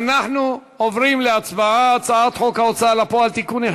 אנחנו עוברים להצבעה על הצעת חוק ההוצאה לפועל (תיקון,